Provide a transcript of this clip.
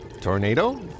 Tornado